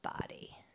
body